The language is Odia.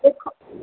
ଦେଖ